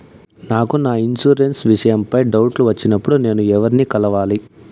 నాకు నా ఇన్సూరెన్సు విషయం పై డౌట్లు వచ్చినప్పుడు నేను ఎవర్ని కలవాలి?